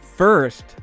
First